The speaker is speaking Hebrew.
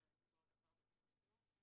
אלא לקבוע אותה כבר בחוק עצמו.